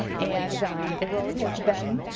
and the road has been